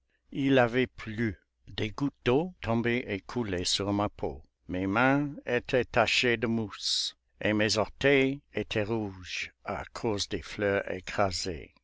il avait plu des gouttes d'eau tombaient et coulaient sur ma peau mes mains étaient tachées de mousse et mes orteils étaient rouges à cause des fleurs écrasées